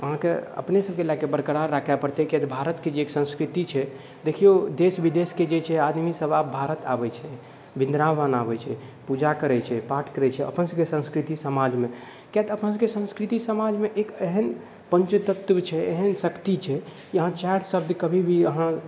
अहाँके अपने सबके लअ कऽ जे बरकरार राखै पड़तै किएक तऽ भारतके जे संस्कृति छै देखियौ देश विदेशके जे छै आदमी सब आब भारत आबै छै वृंदावन आबै छै पूजा करै छै पाठ करै छै अपन सबके संस्कृति समाजमे किएक तऽ अपना सबके संस्कृति समाजमे एक एहन पंचतत्व छै एहन शक्ति छै की अहाँ चारि शब्द कभी भी अहाँ